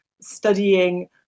studying